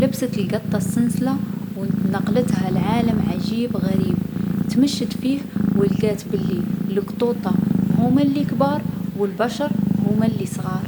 لبست القطة السنسلة و نـ نقلتها لعالم عجيب غريب. تمشت فيه و لقات بلي القطوطا هوما لي كبار و البشر هوما لي صغار.